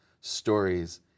stories